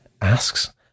asks